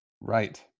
Right